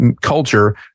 culture